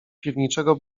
piwniczego